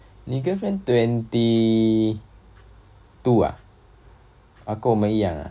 你 girlfriend twenty two ah 跟我们一样 ah